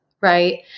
right